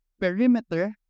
perimeter